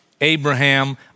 Abraham